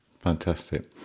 Fantastic